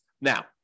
Now